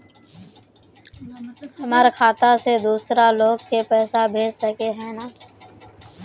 हमर खाता से दूसरा लोग के पैसा भेज सके है ने?